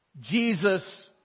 Jesus